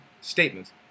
statements